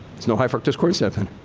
there's no high fructose corn syrup in